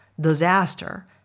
disaster